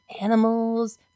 animals